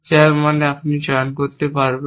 যার মানে আপনি চয়ন করতে পারেন